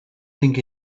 think